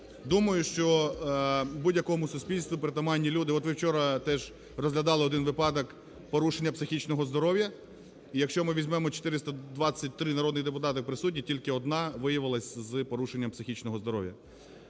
думаю, що будь-якому суспільству притаманні люди, от ви вчора теж розглядали один випадок порушення психічного здоров'я. І якщо ми візьмемо 423 народних депутати присутніх, тільки одна виявилась з порушенням психічного здоров'я.